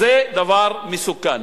זה דבר מסוכן.